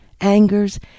angers